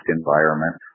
environment